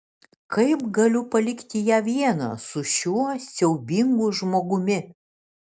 kaip galiu palikti ją vieną su šiuo siaubingu žmogumi